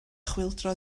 chwyldro